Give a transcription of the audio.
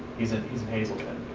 he's in hazleton.